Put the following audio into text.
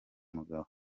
mugabo